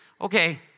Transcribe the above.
Okay